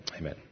Amen